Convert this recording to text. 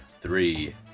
three